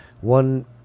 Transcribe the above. One